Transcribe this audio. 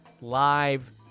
live